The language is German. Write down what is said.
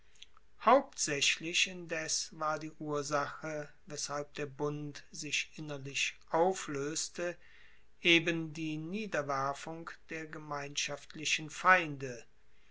hauptsaechlich indes war die ursache weshalb der bund sich innerlich aufloeste eben die niederwerfung der gemeinschaftlichen feinde